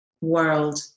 world